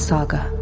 Saga